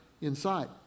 inside